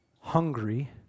hungry